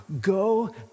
Go